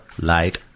Light